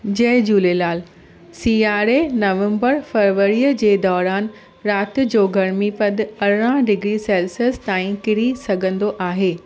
जय झूलेलाल सिआरे नवंबर फरवरी जे दौरान रात जो गर्मीपदु अरिड़ह डिग्री सेल्सियस ताईं किरी सघंदो आहे